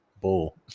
bull